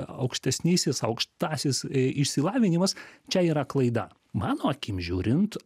aukštesnysis aukštasis išsilavinimas čia yra klaida mano akim žiūrint